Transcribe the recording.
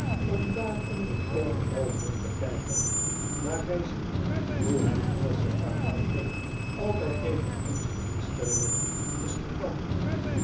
om daaronder overal rond te kijken maar gij ziet hoe het engelsche karakter altijd tegen onze instellingen is gekant